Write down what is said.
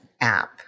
app